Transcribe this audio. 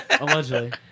Allegedly